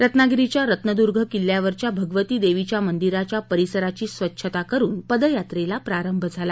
रत्नागिरीच्या रत्नदूर्ग किल्ल्यावरच्या भगवतीदेवीच्या मंदिराच्या परिसराची स्वच्छता करून पदयात्रेला प्रारंभ झाला